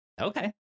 Okay